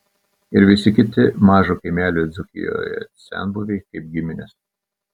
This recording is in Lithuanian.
ir visi kiti mažo kaimelio dzūkijoje senbuviai kaip giminės